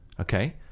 okay